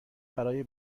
برای